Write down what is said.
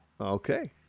Okay